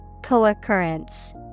Co-occurrence